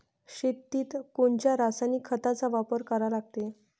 शेतीत कोनच्या रासायनिक खताचा वापर करा लागते?